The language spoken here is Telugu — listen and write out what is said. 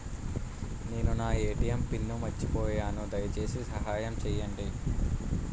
నేను నా ఎ.టి.ఎం పిన్ను మర్చిపోయాను, దయచేసి సహాయం చేయండి